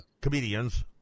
comedians